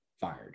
fired